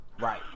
Right